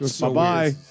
Bye-bye